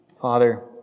Father